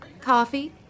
Coffee